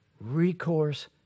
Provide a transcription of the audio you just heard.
recourse